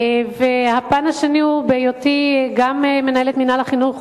הפן השני הוא בהיותי גם מנהלת מינהל החינוך